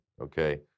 Okay